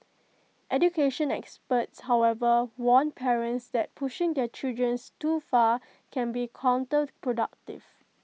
education experts however warn parents that pushing their children's too far can be counterproductive